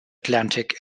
atlantic